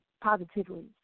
positively